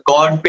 God